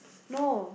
no